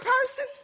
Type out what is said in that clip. person